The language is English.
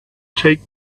take